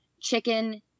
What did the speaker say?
chicken